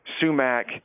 sumac